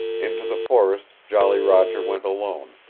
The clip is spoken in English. into the forest jolly roger went alone,